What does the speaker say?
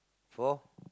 for